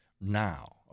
now